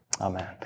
Amen